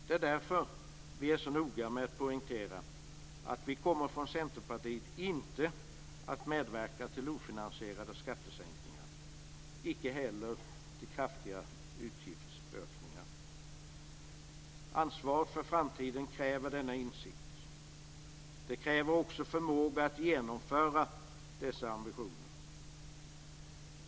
Det är därför vi är så noga med att poängtera att vi från Centerpartiet inte kommer att medverka till ofinansierade skattesänkningar och icke heller till kraftiga utgiftsökningar. Ansvaret för framtiden kräver denna insikt. Det kräver också förmåga att genomföra dessa ambitioner.